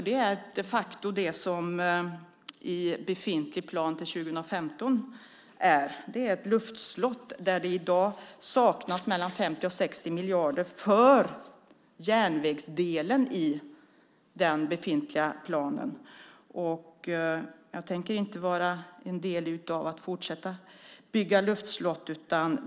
Det är vad befintlig plan till år 2015 är. Det är ett luftslott där det i dag saknas 50-60 miljarder för järnvägsdelen i den befintliga planen. Jag tänker inte fortsätta att bygga luftslott.